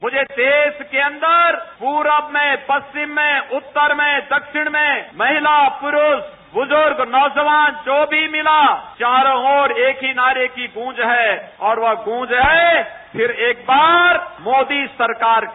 पूरे देश के अन्दर पूरब में पश्चिम में उत्तर में दक्षिण में महिला पुरूष बुजुर्ग नौजवान जो भी मिला चारों और एक ही नारे की गूज है और वह गूज है फिर एकबार मोदी सरकार की